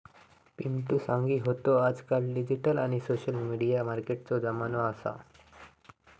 पिंटु सांगी होतो आजकाल डिजिटल आणि सोशल मिडिया मार्केटिंगचो जमानो असा